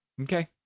Okay